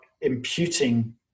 imputing